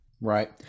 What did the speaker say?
Right